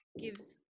gives